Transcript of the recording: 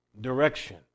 direction